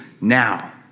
now